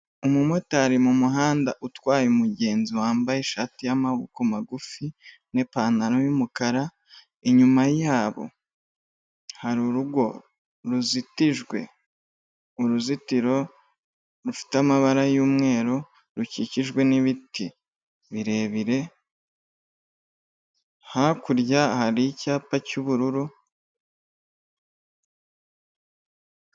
Umumotari mu muhanda utwaye umugenzi wambaye ishati y'amaboko magufi n'ipantaro y'umukara, inyuma yabo hari urugo ruzitijwe uruzitiro rufite amabara y'umweru rukikijwe n'ibiti birebire hakurya hari icyapa cy'ubururu.